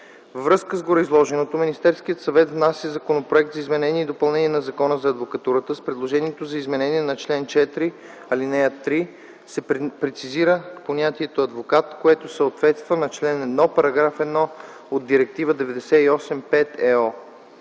Във връзка с гореизложеното Министерският съвет внася Законопроект за изменение и допълнение на Закона за адвокатурата. С предложението за изменение на чл. 4, ал. 3 се прецизира понятието „адвокат”, което съответства на чл. 1, § 1 от Директива 98/5/ЕО.